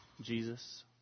Jesus